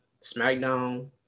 SmackDown